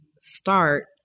start